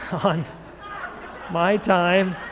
on my time